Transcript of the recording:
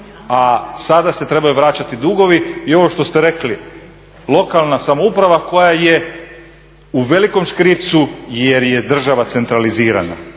a sada se trebaju vraćati dugovi. I ovo što ste rekli, lokalna samouprava koja je u velikom škripcu jer je država centralizirana.